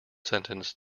sentenced